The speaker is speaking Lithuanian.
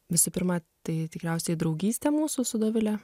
visų pirma tai tikriausiai draugystė mūsų su dovile